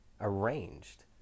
arranged